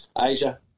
Asia